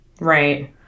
Right